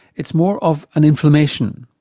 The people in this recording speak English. it's more of an inflammation.